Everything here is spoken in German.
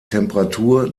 temperatur